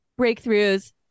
breakthroughs